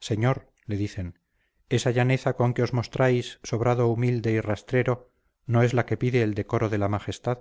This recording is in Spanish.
señor le dicen esa llaneza con que os mostráis sobrado humilde y rastrero no es la que pide el decoro de la majestad